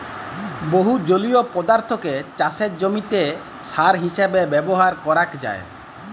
বহু জলীয় পদার্থকে চাসের জমিতে সার হিসেবে ব্যবহার করাক যায়